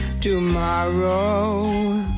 Tomorrow